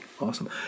awesome